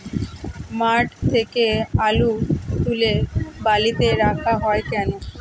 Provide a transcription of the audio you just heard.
মাঠ থেকে আলু তুলে বালিতে রাখা হয় কেন?